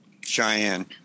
Cheyenne